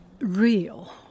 real